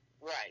Right